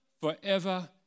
forever